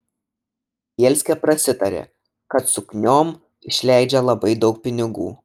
bielskė prasitarė kad sukniom išleidžia labai daug pinigų